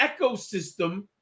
ecosystem